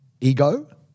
ego